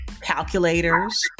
calculators